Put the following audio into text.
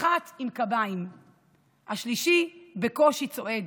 אחת עם קביים והשלישי בקושי צועד,